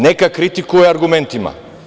Neka kritikuje argumentima.